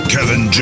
Kevin